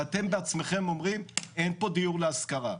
ואתם בעצמכם אומרים אין פה דיור להשכרה.